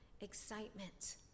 excitement